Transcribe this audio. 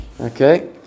Okay